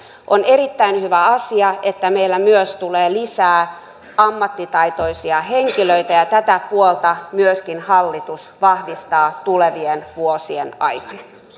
on erittäin hyvä asia että meillä myös tulee lisää ammattitaitoisia henkilöitä ja tätä puolta myöskin hallitus vahvistaa tulevien vuosien aikana